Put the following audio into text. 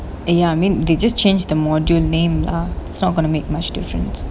ya I mean they just change the module name lah it's not going to make much difference